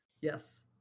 Yes